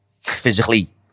physically